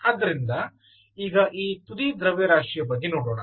ಆದ್ದರಿಂದಈಗ ಈ ತುದಿ ದ್ರವ್ಯರಾಶಿಯ ಬಗ್ಗೆ ನೋಡೋಣ